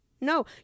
no